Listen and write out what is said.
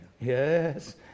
Yes